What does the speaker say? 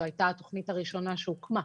זו הייתה התוכנית הראשונה שהוקמה.